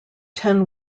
ten